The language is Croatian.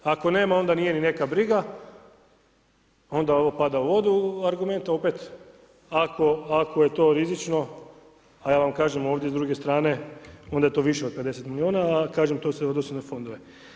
Ako nema onda nije ni neka briga onda ovo pada u vodu argument a opet ako je to rizično a ja vam kažem ovdje s druge strane onda je to više od 50 milijuna, a kažem to se odnosi na fondove.